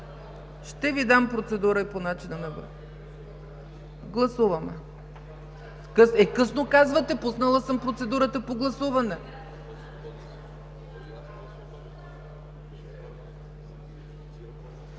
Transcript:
Ще Ви дам процедура и по начина на водене. Сега гласуваме. Късно казвате, пуснала съм процедурата по гласуване!